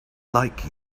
like